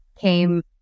came